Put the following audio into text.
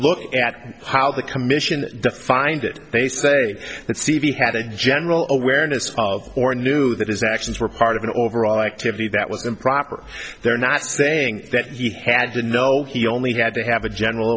look at how the commission defined it they say that c v had a general awareness of or knew that his actions were part of an overall activity that was improper they're not saying that he had to know he only had to have a general